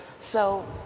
so